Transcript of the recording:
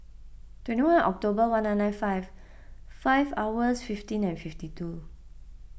twenty one October one nine nine five five hours fifteen fifty two